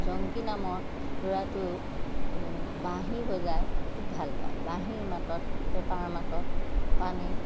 জংকী নামৰ ল'ৰাটোৱেও বাঁহী বজাই খুব ভাল পায় বাঁহীৰ মাতত পেঁপাৰ মাতত পানী